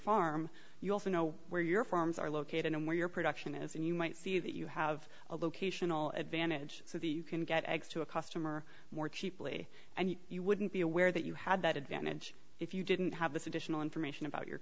farm you also know where your farms are located and where your production is and you might see that you have a locational advantage so that you can get eggs to a customer more cheaply and you wouldn't be aware that you had that advantage if you didn't have this additional information about your